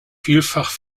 vielfach